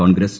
Congress